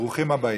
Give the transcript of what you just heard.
ברוכים הבאים.